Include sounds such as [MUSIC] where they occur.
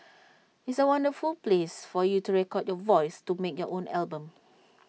it's A wonderful place for you to record your voice to make your own album [NOISE]